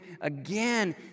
again